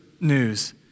news